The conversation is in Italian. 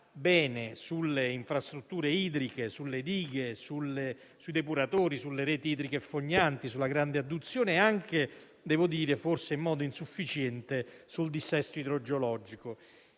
bene sulle infrastrutture idriche, sulle dighe, sui depuratori, sulle reti idriche e fognanti, sulla grande adduzione e anche, forse in modo insufficiente, sul dissesto idrogeologico.